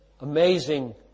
amazing